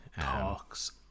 talks